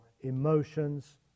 emotions